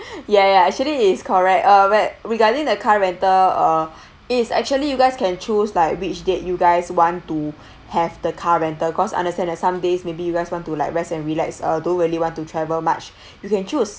ya ya actually is correct uh where regarding the car rental uh it's actually you guys can choose like which date you guys want to have the car rental cause understand that some days maybe you guys want to like rest and relax or don't really want to travel much you can choose